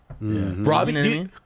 Robbie